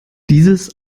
dieses